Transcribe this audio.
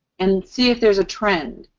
and see if there's a trend.